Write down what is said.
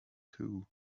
too